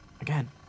again